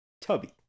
tubby